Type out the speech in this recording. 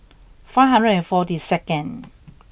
five hundred and forty second